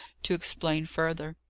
to explain further.